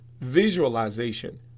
visualization